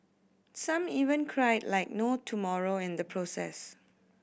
some even cried like no tomorrow in the process